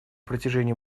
протяжении